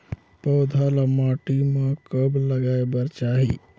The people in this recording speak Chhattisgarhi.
पौधा ल माटी म कब लगाए बर चाही?